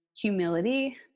humility